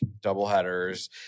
doubleheaders